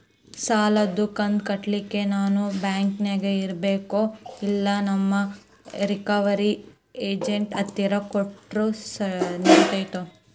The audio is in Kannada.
ಸಾಲದು ಕಂತ ಕಟ್ಟಲಿಕ್ಕೆ ನಾನ ಬ್ಯಾಂಕಿಗೆ ಬರಬೇಕೋ, ಇಲ್ಲ ನಿಮ್ಮ ರಿಕವರಿ ಏಜೆಂಟ್ ಹತ್ತಿರ ಕೊಟ್ಟರು ನಡಿತೆತೋ?